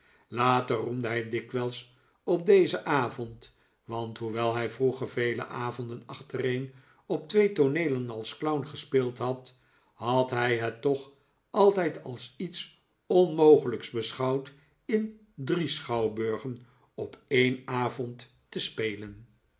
roemdehij dikwijls op dezen avond want hoewel hij vroeger vele avonden achtereen op twee tooneelen als clown gespeeld had had hij het toch altijd als iets onmogelijks beschouwd in drie schouwburgen op een avond te spelen